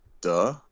duh